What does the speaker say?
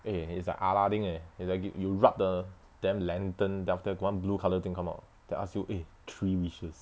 eh it's like aladdin eh is like you you rub the then lantern then after that got [one] blue colour come out then ask you eh three wishes